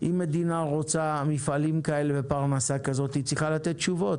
אם מדינה רוצה מפעלים כאלה ופרנסה כזאת היא צריכה לתת תשובות,